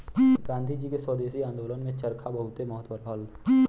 गांधी जी के स्वदेशी आन्दोलन में चरखा बहुते महत्व रहल